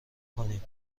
کنیم